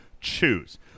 choose